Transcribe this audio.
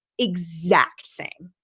exact same.